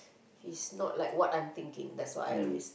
he's not like what I'm thinking that's why I risk